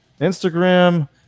Instagram